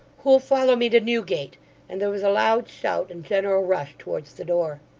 who'll follow me to newgate and there was a loud shout and general rush towards the door.